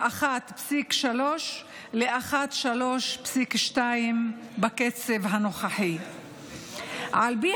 1.3% 3.2%. בקצב הנוכחי, על פי